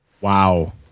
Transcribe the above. Wow